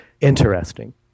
interesting